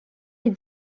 est